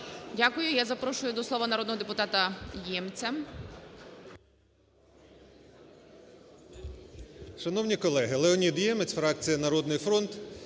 Дякую. Запрошую до слова народного депутата Юрія